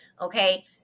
Okay